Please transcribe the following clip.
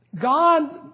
God